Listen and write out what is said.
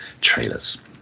trailers